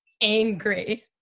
angry